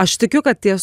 aš tikiu kad ties